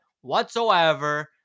whatsoever